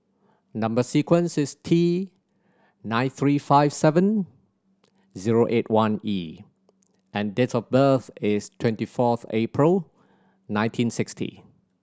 number sequence is T nine three five seven zero eight one E and date of birth is twenty fourth April nineteen sixty